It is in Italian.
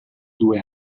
due